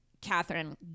Catherine